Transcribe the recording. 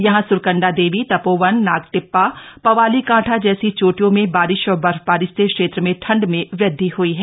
यहां सुरकंडा देवी तपोवन नागटिब्बा पवाली कांठा जैसे चोटियों में बारिश और बर्फबारी से क्षेत्र में ठंड में वृदधि हई है